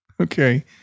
Okay